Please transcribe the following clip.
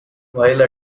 while